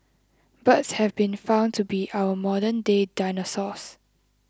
birds have been found to be our modern day dinosaurs